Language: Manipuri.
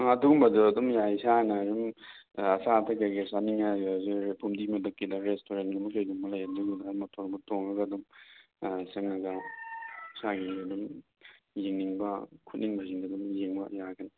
ꯑꯗꯨꯝꯒꯨꯝꯕꯗꯣ ꯑꯗꯨꯝ ꯌꯥꯏ ꯏꯁꯥꯅ ꯑꯗꯨꯝ ꯑꯆꯥꯄꯣꯠ ꯀꯩ ꯀꯩ ꯆꯥꯅꯤꯡꯉꯦ ꯍꯥꯏꯔꯒꯁꯨ ꯐꯨꯝꯗꯤ ꯃꯊꯛꯀꯤꯗ ꯔꯦꯁꯇꯨꯔꯦꯟꯒꯨꯝꯕ ꯀꯩꯒꯨꯝꯕ ꯂꯩ ꯑꯗꯨꯒꯤꯗ ꯃꯣꯇꯣꯔ ꯕꯨꯠ ꯇꯣꯡꯉꯒ ꯑꯗꯨꯝ ꯆꯪꯉꯒ ꯏꯁꯥꯒꯤ ꯑꯗꯨꯝ ꯌꯦꯡꯅꯤꯡꯕ ꯈꯣꯠꯅꯤꯡꯕꯁꯤꯡꯗꯣ ꯑꯗꯨ ꯌꯦꯡꯕ ꯌꯥꯒꯅꯤ